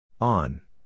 On